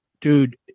Dude